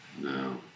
No